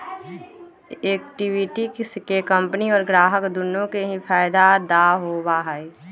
equity के company और ग्राहक दुन्नो के ही फायद दा होबा हई